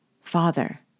Father